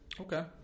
okay